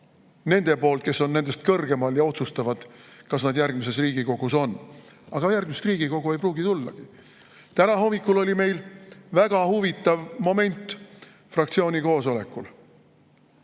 need, kes on nendest kõrgemal ja otsustavad, kas nad järgmises Riigikogus on. Aga järgmist Riigikogu ei pruugi tullagi. Täna hommikul oli meil väga huvitav moment fraktsiooni koosolekul.